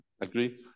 agree